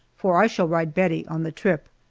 for i shall ride bettie on the trip.